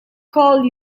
call